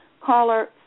Caller